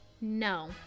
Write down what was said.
no